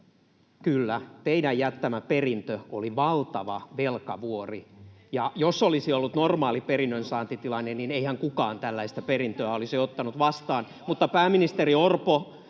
Kyllä, teidän jättämä perintö oli valtava velkavuori. Ja jos olisi ollut normaali perinnönsaantitilanne, niin eihän kukaan tällaista perintöä olisi ottanut vastaan, [Välihuutoja